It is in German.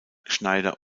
schneider